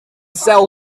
sell